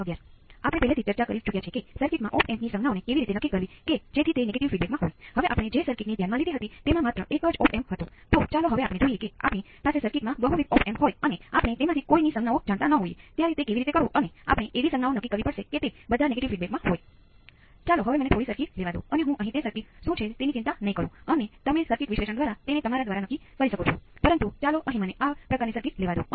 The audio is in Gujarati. અગાઉના વ્યાખ્યાનમાં આપણે કેપેસિટર નો સરવાળો હોય છે